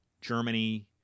Germany